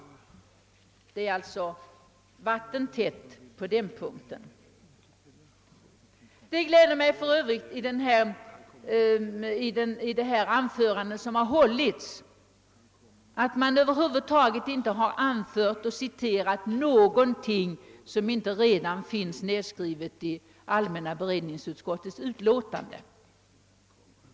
Det är alltså vattentätt på den punkten. Det gläder mig för övrigt att man i de anföranden, som har hållits, över huvud taget inte har andragit och citerat någonting, som inte redan finns nedskrivet i allmänna beredningsutskottets utlåtande.